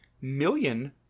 million